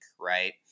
right